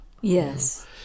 yes